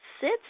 Sits